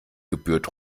gebührt